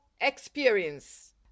experience